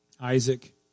Isaac